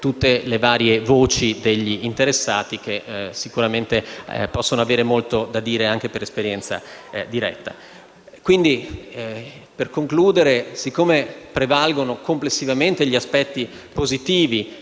tutte le varie voci degli interessati, che sicuramente possono avere molto da dire anche per esperienza diretta. Quindi, per concludere, poiché prevalgono complessivamente gli aspetti positivi